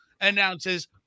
announces